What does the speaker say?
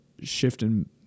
shifting